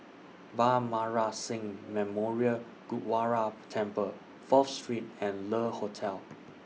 Bhai Maharaj Singh Memorial Gurdwara Temple Fourth Street and Le Hotel